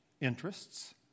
interests